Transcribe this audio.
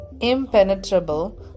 impenetrable